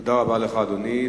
תודה רבה לך, אדוני.